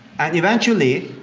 and eventually